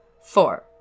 four